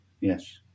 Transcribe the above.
yes